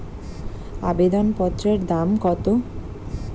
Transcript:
আবেদন পত্রের দাম কত?